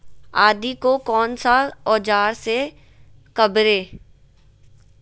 आदि को कौन सा औजार से काबरे?